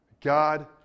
God